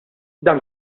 dan